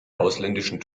ausländischen